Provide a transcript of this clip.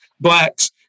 Blacks